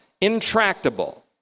intractable